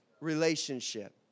relationship